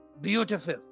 Beautiful